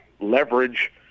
leverage